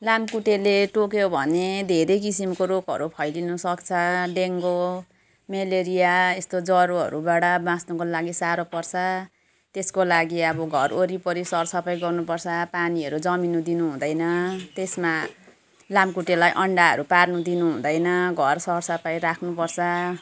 लामखुट्टेले टोक्यो भने धेरै किसिमको रोगहरू फैलिन सक्छ डेङ्गु मलेरिया यस्तो ज्वरोहरूबाट बाँच्नको लागि साह्रो पर्छ त्यसको लागि अब घर वरिपरि सरसफाइ गर्नुपर्छ पानीहरू जमिनु दिनुहुँदैन त्यसमा लामखुट्टेलाई अन्डाहरू पार्नु दिनुहुँदैन घर सरसफाइ राख्नुपर्छ